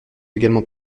également